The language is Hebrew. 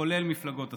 כולל מפלגות השמאל.